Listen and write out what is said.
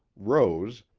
rose,